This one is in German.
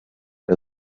der